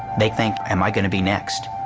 they think, am i going to be next?